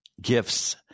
gifts